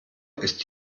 ist